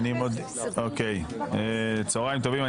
צוהריים טובים,